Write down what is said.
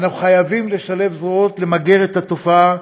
אנחנו חייבים לשלב זרועות למגר את התופעה.